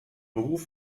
beruf